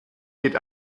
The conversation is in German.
geht